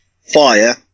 fire